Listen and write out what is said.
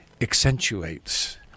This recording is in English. accentuates